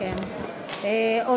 בבקשה לשבת.